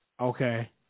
Okay